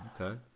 Okay